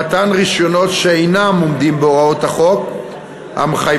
למתן רישיונות שאינם עומדים בהוראות החוק המחייבות